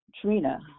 Trina